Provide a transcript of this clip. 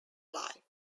life